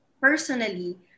personally